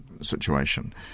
situation